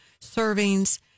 servings